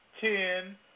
ten